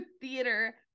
theater